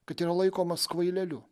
kad yra laikomas kvaileliu